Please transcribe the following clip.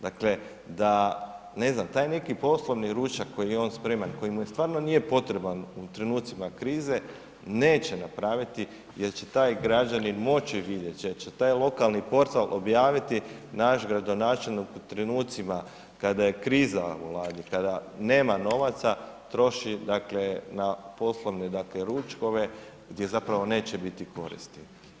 Dakle, da ne znam, taj neki poslovni ručak koji je on spreman, koji mu stvarno nije potreban u trenucima krize neće napraviti jer će taj građanin moći vidjeti, jer će taj lokalni portal objavit, naš gradonačelnik u trenucima kada je kriza u Vladi, kada nema novaca, troši dakle na poslovne dakle ručkove, gdje zapravo neće biti koristi.